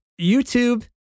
YouTube